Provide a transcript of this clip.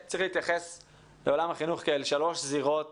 לעולם החינוך כאל שלוש זירות שהולכות יחד,